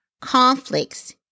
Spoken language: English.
conflicts